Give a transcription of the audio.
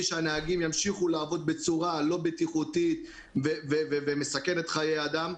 שהנהגים ימשיכו לעבוד בצורה לא בטיחותית ומסכנת חיי אדם.